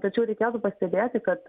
tačiau reikėtų pastebėti kad